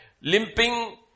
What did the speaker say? limping